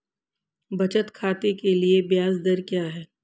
बचत खाते के लिए ब्याज दर क्या है?